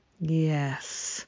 yes